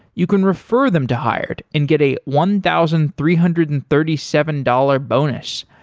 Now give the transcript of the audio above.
you can refer them to hired and get a one thousand three hundred and thirty seven dollars bonus.